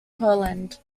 poland